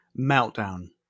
meltdown